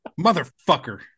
Motherfucker